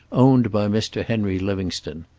owned by mr. henry livingstone.